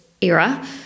era